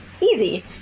easy